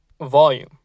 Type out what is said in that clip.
volume